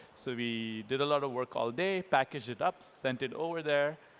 so we did a lot of work all day, packaged it up, sent it over there.